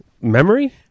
Memory